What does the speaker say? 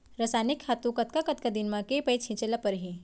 रसायनिक खातू कतका कतका दिन म, के पइत छिंचे ल परहि?